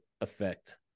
affect